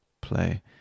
play